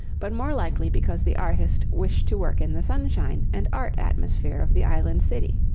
but more likely because the artist wished to work in the sunshine and art atmosphere of the island city.